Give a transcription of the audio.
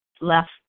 left